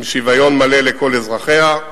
עם שוויון מלא לכל אזרחיה,